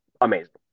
amazing